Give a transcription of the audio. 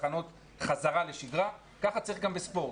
תחנות חזרה לשגרה, ככה צריך גם בספורט.